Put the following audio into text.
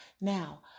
now